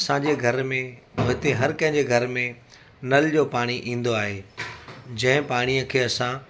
असांजे घर में हिते हर कंहिंजे घर में नल जो पाणी ईंदो आहे जंहिं पाणीअ खे असां